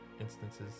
instances